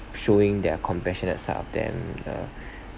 showing their compassionate side of them uh